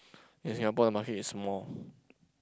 in Singapore the market is small